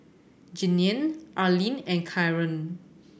Jeanine Arlene and Karon